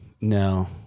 no